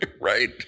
Right